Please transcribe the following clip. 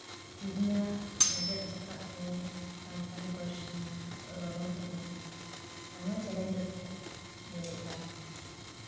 ᱛᱮᱦᱮᱧᱟᱜ ᱡᱮᱜᱮᱛ ᱡᱟᱠᱟᱛ ᱨᱮ ᱥᱟᱱᱛᱟᱲᱤ ᱯᱟᱹᱨᱥᱤ ᱨᱚᱨᱚᱲ ᱠᱚᱫᱚ ᱟᱭᱢᱟ ᱪᱮᱞᱮᱧᱡᱽ ᱨᱮᱠᱚ ᱧᱩᱨᱩᱜ ᱠᱟᱱᱟ